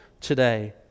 today